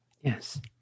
Yes